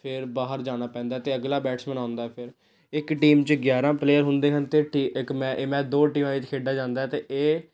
ਫਿਰ ਬਾਹਰ ਜਾਣਾ ਪੈਂਦਾ ਅਤੇ ਅਗਲਾ ਬੈਟਸਮੈਨ ਆਉਂਦਾ ਫਿਰ ਇੱਕ ਟੀਮ 'ਚ ਗਿਆਰਾਂ ਪਲੇਅਰ ਹੁੰਦੇ ਹਨ ਅਤੇ ਟੀ ਇੱਕ ਮੈਂ ਇਹ ਮੈਚ ਦੋ ਟੀਮਾਂ 'ਚ ਖੇਡਿਆ ਜਾਂਦਾ ਅਤੇ ਇਹ